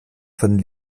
von